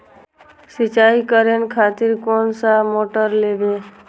सीचाई करें खातिर कोन सा मोटर लेबे?